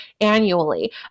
annually